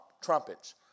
trumpets